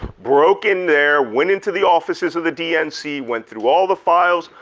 broke in there, went into the offices of the dnc, went through all the files,